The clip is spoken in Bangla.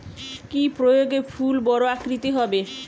কি প্রয়োগে ফুল বড় আকৃতি হবে?